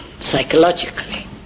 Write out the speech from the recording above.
psychologically